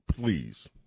please